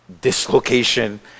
dislocation